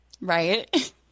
Right